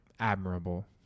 Admirable